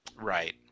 Right